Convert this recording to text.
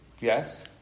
Yes